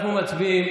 אנחנו מצביעים.